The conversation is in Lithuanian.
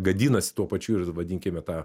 gadinasi tuo pačiu ir vadinkime tą